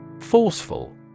Forceful